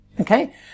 Okay